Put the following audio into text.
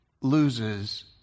loses